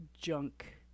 junk